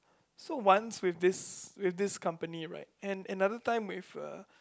so once with this with this company right and another time with a